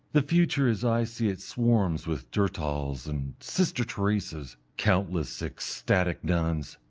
the future as i see it swarms with durtals and sister teresas countless ecstatic nuns,